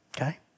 okay